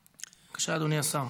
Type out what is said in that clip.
בבקשה, אדוני השר.